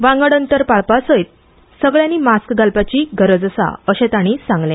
वांगड अंतर पाळपा सयत सगळ्यांनी मास्क घालपाची गरज आसा अशे ताणी सांगले